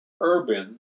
urban